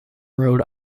rhode